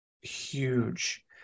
huge